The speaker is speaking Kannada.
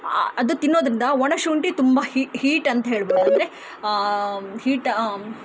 ಅದು ತಿನ್ನೋದರಿಂದ ಒಣ ಶುಂಠಿ ತುಂಬ ಹೀಟ್ ಅಂತ ಹೇಳ್ಬೋದು ಅಂದರೆ ಹೀಟ್